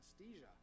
anesthesia